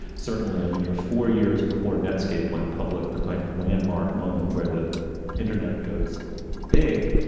certainly. i mean, you're four years before netscape went public, the kind of landmark moment where the internet goes big.